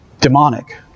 demonic